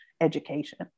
education